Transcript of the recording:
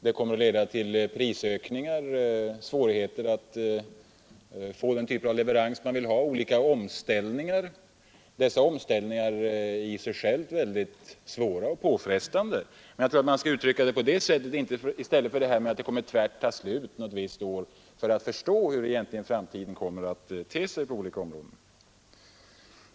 Den kommer att leda till prisökningar, till svårigheter att få den typ av leverans som man vill ha, till olika omställningar som i sig själva blir svåra och påfrestande. Jag tror att man skall uttrycka sig på det sättet i stället för att säga att oljan tvärt kommer att ta slut något visst år, om man vill förstå hur framtiden kommer att te sig på olika områden.